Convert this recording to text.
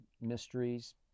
mysteries